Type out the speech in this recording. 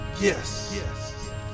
yes